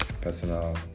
personal